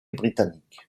britannique